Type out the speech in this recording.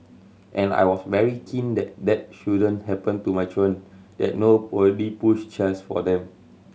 and I was very keen that that shouldn't happen to my children that nobody pushed chairs for them